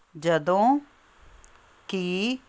ਜਦੋਂ ਕਿ